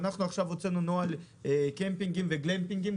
הוצאנו עכשיו נוהל קמפינגים וגלמפינגים,